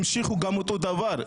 המשיכו גם אותו דבר,